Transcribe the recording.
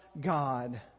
God